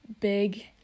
big